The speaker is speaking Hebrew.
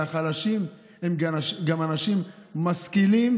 וגם החלשים הם אנשים משכילים,